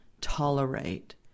tolerate